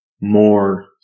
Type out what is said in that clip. more